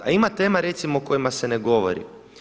A ima tema recimo o kojima se ne govori.